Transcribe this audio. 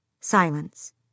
Silence